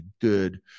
good